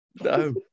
no